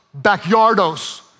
Backyardos